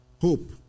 hope